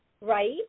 right